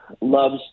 loves